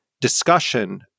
discussion